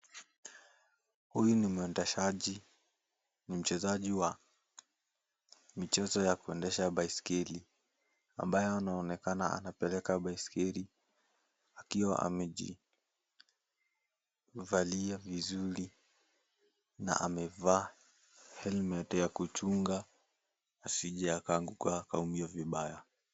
Huyu ni mwendeshaji; ni mchezaji wa michezo ya kuendesha baiskeli ambaye anaonekana anapeleka baiskeli akiwa amejivalia vizuri na amevaa helmet ya kuchunga asije akaanguka akaumia vibaya.